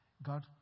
God